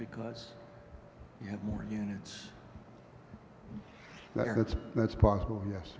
because you have more units that's that's possible yes